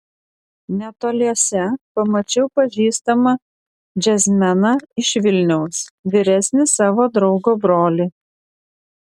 netoliese pamačiau pažįstamą džiazmeną iš vilniaus vyresnį savo draugo brolį